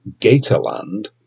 Gatorland